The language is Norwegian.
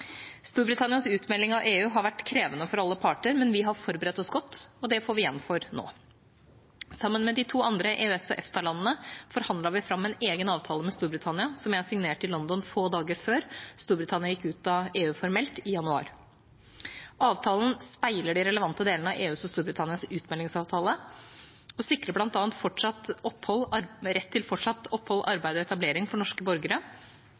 Storbritannias utmelding av EU har vært krevende for alle parter, men vi har forberedt oss godt, og det får vi igjen for nå. Sammen med de to andre EØS/EFTA-landene forhandlet vi fram en egen avtale med Storbritannia som jeg signerte i London få dager før Storbritannia gikk formelt ut av EU i januar. Avtalen speiler de relevante delene av EUs og Storbritannias utmeldingsavtale og sikrer bl.a. rett til fortsatt opphold, arbeid og etablering for norske borgere